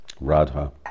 Radha